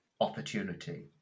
opportunity